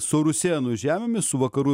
su rusėnų žemėmis su vakarų